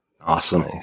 Awesome